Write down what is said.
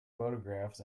photographs